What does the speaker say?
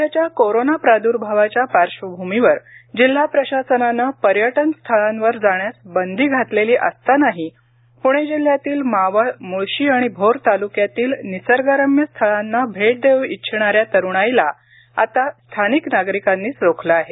सध्याच्या कोरोना प्रादुर्भावाच्या पार्श्वभूमीवर जिल्हा प्रशासनानं पर्यटन स्थळांवर जाण्यास बंदी घातलेली असतानाही पुणे जिल्ह्यातील मावळ मुळशी आणि भोर तालुक्यातील निसर्गरम्य स्थळांना भेट देऊ इच्छिणाऱ्या तरुणाईला आता स्थानिक नागरिकांनीच रोखलं आहे